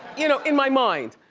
you know in my mind.